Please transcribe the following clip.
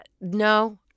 no